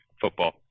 football